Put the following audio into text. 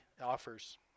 offers